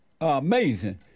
Amazing